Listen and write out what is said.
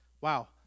wow